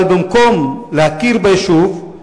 אבל במקום להכיר ביישוב,